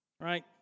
Right